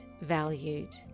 valued